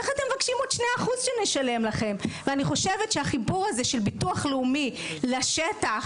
אני חושבת שהחיבור של ביטוח לאומי לשטח